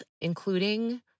including